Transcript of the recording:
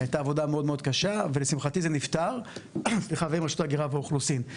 הייתה עבודה מאוד מאוד קשה ולשמחתי זה נפתר עם רשות ההגירה והאוכלוסין,